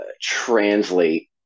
translate